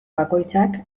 bakoitzak